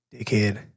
Dickhead